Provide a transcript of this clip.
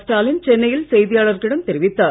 ஸ்டாலின் சென்னையில் செய்தியாளர்களிடம் தெரிவித்தார்